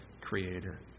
creator